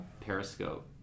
Periscope